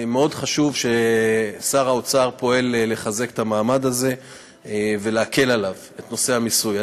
מאוד חשוב ששר האוצר פועל לחזק את המעמד הזה ולהקל עליו את נושא המיסוי.